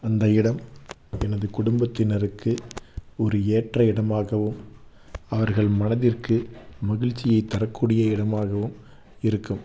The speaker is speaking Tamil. அந்த இடம் எனது குடும்பத்தினருக்கு ஒரு ஏற்ற இடமாகவும் அவர்கள் மனதிற்க்கு மகிழ்ச்சியை தரக்கூடிய இடமாகவும் இருக்கும்